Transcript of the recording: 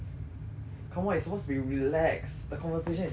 come on it's supposed to be relax the conversation is supposed to be relax